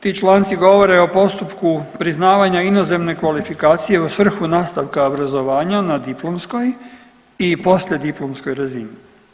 Ti članci govore o postupku priznavanja inozemne kvalifikacije u svrhu nastavka obrazovanja na diplomskoj i poslijediplomskoj razini.